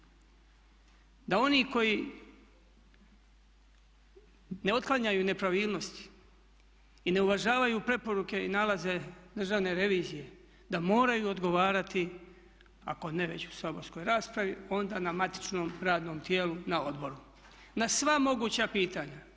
Da oni koji ne otklanjaju nepravilnosti i ne uvažavaju preporuke ni nalaze Državne revizije da moraju odgovarati ako ne već u saborskoj raspravi onda na matičnom radnom tijelu, na odboru, na sva moguća pitanja.